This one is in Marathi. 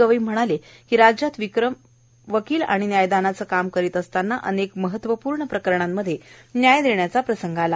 गवई म्हणाले की राज्यात वकील आणि न्यायदानाचे काम करीत असताना अनेक महत्वपूर्ण प्रकरणांमध्ये न्याय देण्याचा प्रसंग आला